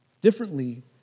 differently